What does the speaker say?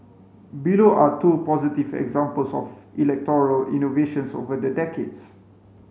below are two positive examples of electoral innovations over the decades